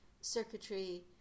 circuitry